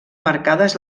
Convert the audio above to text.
marcades